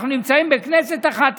אנחנו נמצאים בכנסת אחת,